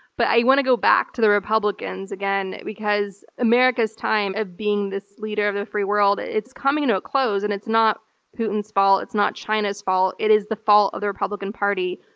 but i want to go back to the republicans again, because america's time of being this leader of the free world, it's coming to a close, and it's not putin's fault. it's not china's fault. it is the fault of the republican party.